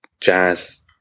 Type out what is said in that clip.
jazz